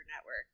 network